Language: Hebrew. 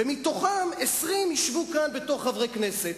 ומתוכם 20 ישבו כאן בתור חברי כנסת.